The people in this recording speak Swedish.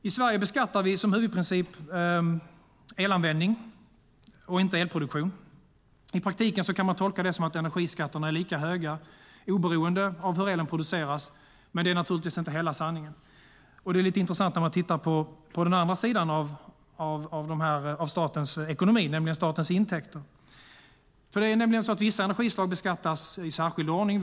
I Sverige beskattar vi som huvudprincip elanvändning och inte elproduktion. I praktiken kan man tolka det som att energiskatterna är lika höga oberoende av hur elen produceras, men det är naturligtvis inte hela sanningen. Det är lite intressant när man tittar på den andra sidan av statens ekonomi, alltså statens intäkter. Vissa energislag beskattas nämligen i särskild ordning.